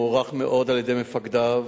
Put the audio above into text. מוערך מאוד על-ידי מפקדיו,